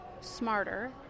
smarter